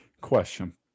Question